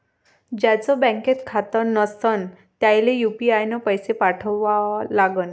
ज्याचं बँकेत खातं नसणं त्याईले यू.पी.आय न पैसे कसे पाठवा लागन?